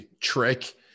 trick